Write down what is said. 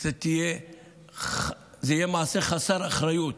זה יהיה מעשה חסר אחריות